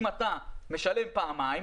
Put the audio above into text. אם אתה משלם פעמיים,